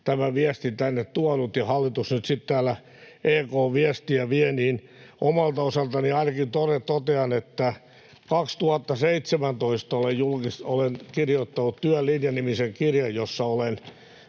tämän viestin tänne tuonut ja hallitus nyt sitten täällä EK:n viestiä vie, niin omalta osaltani ainakin totean, että 2017 olen kirjoittanut Työn linja ‑nimisen kirjan, jossa olen